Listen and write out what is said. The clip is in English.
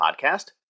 Podcast